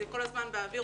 כל הזמן זה באוויר,